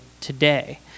today